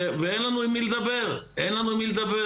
ואין לנו עם מי לדבר, אין לנו עם מי לדבר.